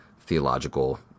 theological